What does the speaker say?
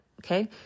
Okay